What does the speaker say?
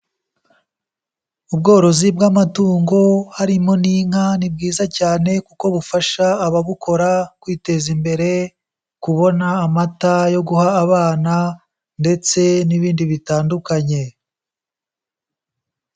Ubworozi bw'amatungo harimo n'inka ni bwiza cyane kuko bufasha ababukora kwiteza imbere, kubona amata yo guha abana ndetse n'ibindi bitandukanye.